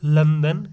London